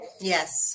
Yes